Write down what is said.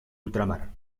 ultramar